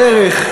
בדרך,